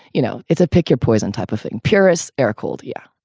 you know, it's a pick your poison type of thing. paris air cold. yeah,